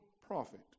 prophet